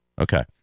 Okay